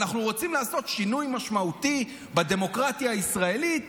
אנחנו רוצים לעשות שינוי משמעותי בדמוקרטיה הישראלית,